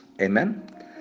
Amen